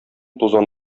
тузан